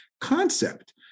concept